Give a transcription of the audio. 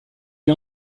est